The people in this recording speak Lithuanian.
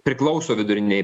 priklauso vidurinei